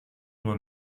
nur